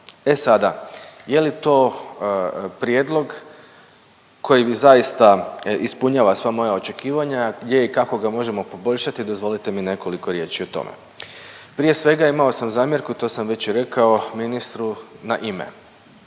E sada, je li to prijedlog koji zaista ispunjava sva moja očekivanja, gdje i kako ga možemo poboljšati dozvolite mi nekoliko riječi o tome. Prije svega imao sam zamjerku, to sam već i rekao ministru na ime.